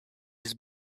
his